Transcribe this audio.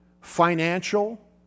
financial